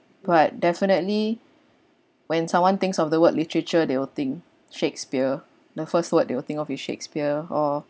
but definitely when someone thinks of the word literature they will think shakespeare the first word they will think of is shakespeare or